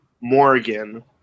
Morgan